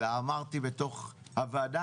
אלא אמרתי בתוך הוועדה.